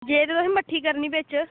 जे तुसें मिट्ठी करनी बिच